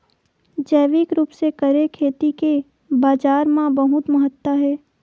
जैविक रूप से करे खेती के बाजार मा बहुत महत्ता हे